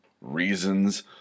reasons